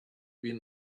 been